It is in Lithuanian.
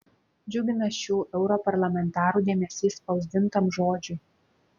džiugina šių europarlamentarų dėmesys spausdintam žodžiui